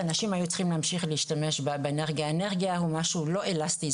אנשים היו צריכים להמשיך להשתמש באנרגיה או משהו לא אלסטי.